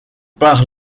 par